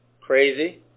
Crazy